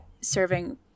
serving